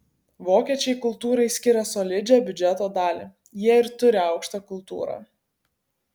vokiečiai kultūrai skiria solidžią biudžeto dalį jie ir turi aukštą kultūrą